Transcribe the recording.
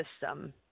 system